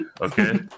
okay